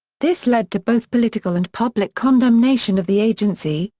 this led to both political and public condemnation of the agency,